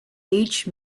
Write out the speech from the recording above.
each